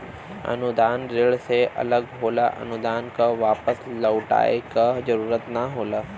अनुदान ऋण से अलग होला अनुदान क वापस लउटाये क जरुरत ना होला